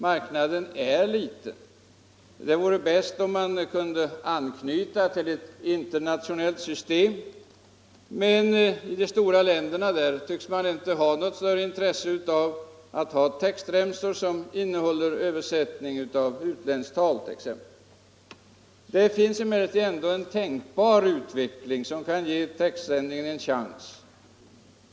Marknaden är liten. Det vore bäst om man kunde anknyta till ett internationellt system. Men i de stora länderna tycks man inte ha intresse av textremsor som innehåller översättning av t.ex. utländskt tal. Det finns emellertid ändå en tänkbar utveckling som kan ge denna textsändning en chans.